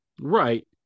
Right